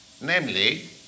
namely